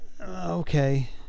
okay